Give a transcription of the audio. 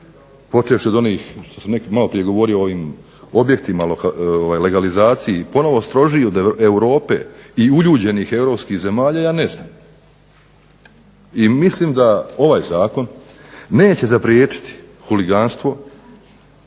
počevši od onih što sam malo prije govorio o ovim objektima o legalizaciji ponovno strožiji od Europe i uljuđenih europskih zemalja, ja ne znam. I mislim da ovaj zakon neće zapriječiti huliganstvo